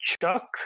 Chuck